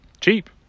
cheap